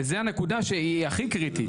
זו הנקודה שהיא הכי קריטית.